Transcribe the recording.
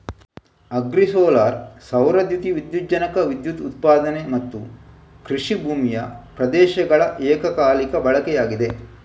agri solar ಸೌರ ದ್ಯುತಿ ವಿದ್ಯುಜ್ಜನಕ ವಿದ್ಯುತ್ ಉತ್ಪಾದನೆ ಮತ್ತುಕೃಷಿ ಭೂಮಿಯ ಪ್ರದೇಶಗಳ ಏಕಕಾಲಿಕ ಬಳಕೆಯಾಗಿದೆ